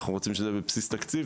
אנחנו רוצים שזה יהיה בבסיס תקציב,